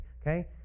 Okay